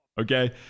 Okay